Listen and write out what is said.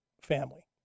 family